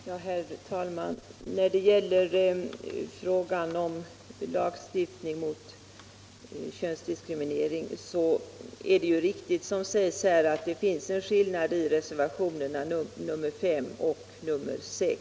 Herr talman! När det gäller frågan om lagstiftning mot könsdiskriminering är det ju riktigt, som sägs här, att det finns en skillnad mellan reservationerna 5 och 6.